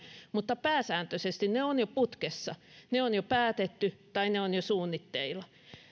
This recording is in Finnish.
mutta pääsääntöisesti ne ovat jo putkessa ne on jo päätetty tai ne ovat jo suunnitteilla